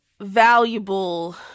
valuable